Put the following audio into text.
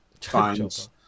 finds